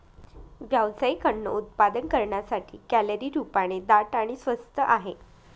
व्यावसायिक अन्न उत्पादन करण्यासाठी, कॅलरी रूपाने दाट आणि स्वस्त आहे